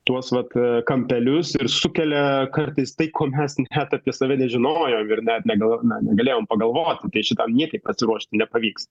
tuos vat kampelius ir sukelia kartais tai ko mes net apie save nežinojom ir net na negalėjom pagalvoti tai šitam niekaip pasiruošti nepavyks